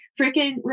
freaking